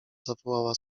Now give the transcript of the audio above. zawołała